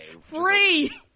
Free